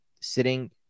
sitting